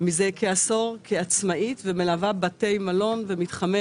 מזה כעשור כעצמאית ומלווה בתי מלון ומתחמי